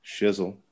shizzle